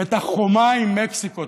את החומה עם מקסיקו,